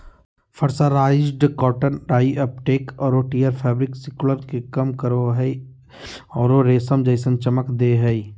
mercerised cotton dye uptake आरो tear fabric सिकुड़न के कम करो हई आरो रेशम जैसन चमक दे हई